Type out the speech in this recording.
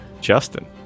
Justin